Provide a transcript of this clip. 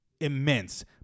immense